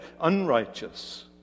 unrighteous